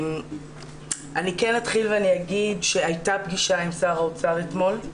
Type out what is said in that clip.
אני אתחיל ואומר שהיתה פגישה עם שר האוצר אתמול.